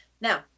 Now